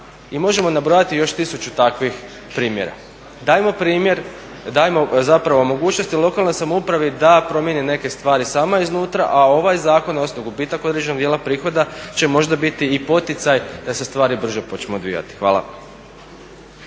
I možemo nabrojati još tisuću takvih primjera. Dajmo primjer, dajmo zapravo mogućnosti lokalnoj samoupravi da promijeni neke stvari sama iznutra a ovaj zakon, odnosno gubitak određenog djela prihoda će možda biti i poticaj da se stvari brže počnu odvijati. Hvala.